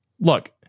look